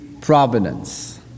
providence